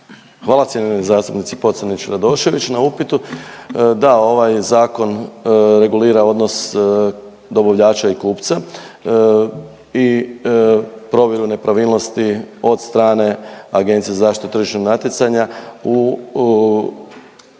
Hvala cijenjenoj zastupnici Pocrnić Radošević na upitu. Da, ovaj zakon regulira odnos dobavljača i kupca i provedbu nepravilnosti od strane Agencije za zaštitu tržišnog natjecanja